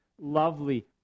lovely